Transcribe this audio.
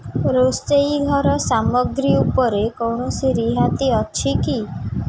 ରୋଷେଇ ଘର ସାମଗ୍ରୀ ଉପରେ କୌଣସି ରିହାତି ଅଛି କି